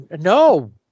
No